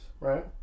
Right